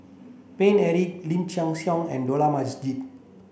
Paine Eric Lim Chin Siong and Dollah Majid